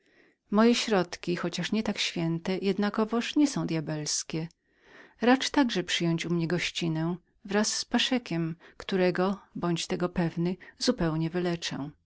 moje środki chociaż nie tak święte jednakowoż nie są djabelskie racz także przyjąć u mnie gościnność wraz z paszekiem którego bądź pewnym że zupełnie wyleczę